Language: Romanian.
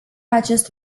acest